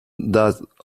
that